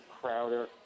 Crowder